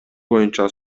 боюнча